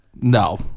No